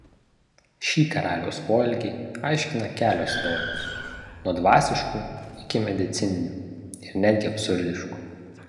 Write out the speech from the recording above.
šį karaliaus poelgį aiškina kelios teorijos nuo dvasiškų iki medicininių ir netgi absurdiškų